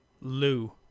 lou